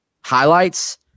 highlights